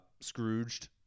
scrooged